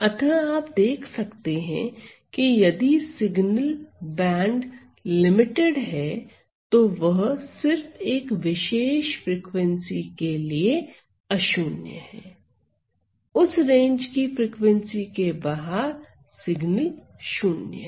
अतः आप देख सकते हैं कि यदि सिग्नल बैंडलिमिटेड है तो वह सिर्फ एक विशेष फ्रीक्वेंसी के लिए अशून्य है उस रेंज की फ्रीक्वेंसी के बाहर सिग्नल शून्य है